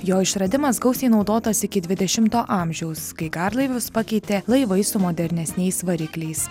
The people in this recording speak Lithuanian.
jo išradimas gausiai naudotas iki dvidešimto amžiaus kai garlaivius pakeitė laivai su modernesniais varikliais